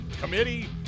committee